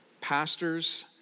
pastors